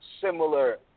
similar